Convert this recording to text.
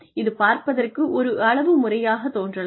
இது பார்ப்பதற்கு ஒரு அளவு முறையாகத் தோன்றலாம்